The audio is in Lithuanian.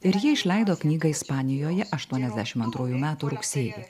ir ji išleido knygą ispanijoje aštuoniasdešimt antrųjų metų rugsėjį